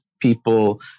people